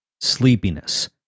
Sleepiness